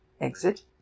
Exit